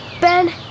Ben